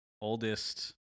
oldest